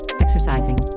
exercising